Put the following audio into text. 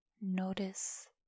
notice